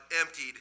emptied